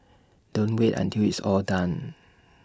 don't wait until it's all done